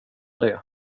det